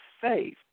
faith